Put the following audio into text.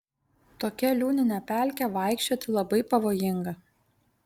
tokia liūnine pelke vaikščioti labai pavojinga